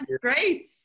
Great